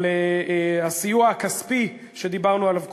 אבל הסיוע הכספי שדיברנו עליו קודם,